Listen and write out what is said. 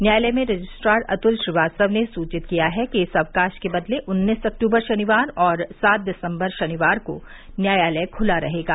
न्यायालय में रजिस्ट्रार अतुल श्रीवास्तव ने सूचित किया है कि इस अवकाश के बदले उन्नीस अक्टूबर शनिवार और सात दिसम्बर शनिवार को न्यायालय खुला रहेगा